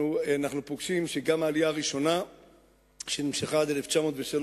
גם העלייה הראשונה שנמשכה עד 1903,